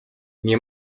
nie